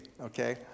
okay